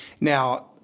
Now